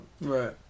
Right